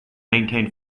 maintain